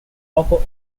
offer